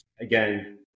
again